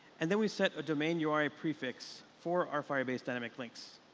and then we set a domainuriprefix for our firebase dynamic links.